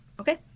Okay